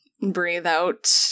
breathe-out